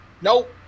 Nope